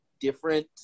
different